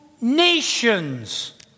nations